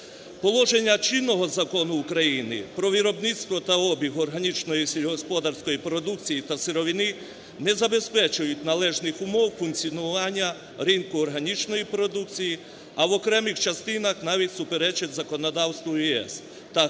Положення чинного Закону України "Про виробництво та обіг органічної сільськогосподарської продукції та сировини" не забезпечують належних умов функціонування ринку органічної продукції, а в окремих частинах навіть суперечать законодавству ЄС